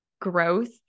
growth